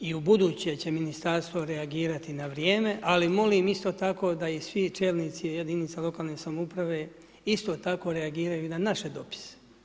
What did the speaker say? I ubuduće će ministarstvo reagirati na vrijeme, ali molim isto tako, da svi čelnici jedinice lokalne samouprave isto tako reagiraju na naš dopis.